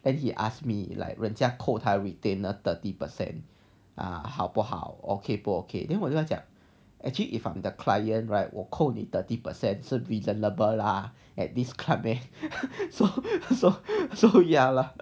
and he ask me like 人家他扣他 retainer a thirty percent 好不好 okay 不 okay then 我就跟他讲 actually if I am the client right 我扣你 thirty percent so reasonable lah at this club there so so so ya lah